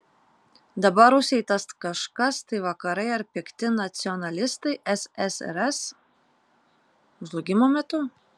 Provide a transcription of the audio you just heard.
dabar rusijai tas kažkas tai vakarai ar pikti nacionalistai ssrs žlugimo metu